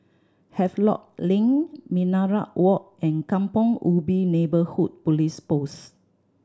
Havelock Link Minaret Walk and Kampong Ubi Neighbourhood Police Post